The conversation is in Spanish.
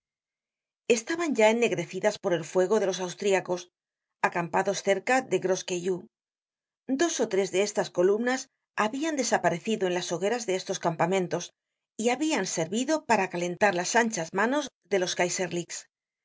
estaban ya ennegrecidas por el fuego de los austriacos acampados cerca de gros caillou dos ó tres de estas columnas habian desaparecido en las hogueras de estos campamentos y habian servido para calentar las anchas manos de los kaiserlicks el